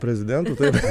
prezidentu taip